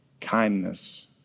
kindness